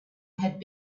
had